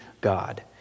God